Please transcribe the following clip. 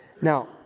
Now